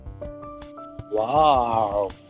Wow